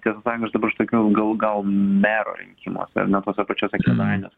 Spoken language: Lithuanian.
tiesą sakant aš dabar iš tokių gal gal mero rinkimuose ar ne tuose pačiuose kėdainiuos